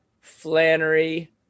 Flannery